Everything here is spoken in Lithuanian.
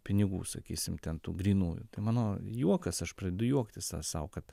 pinigų sakysim ten tų grynųjų tai mano juokas aš pradedu juoktis sau kad